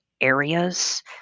areas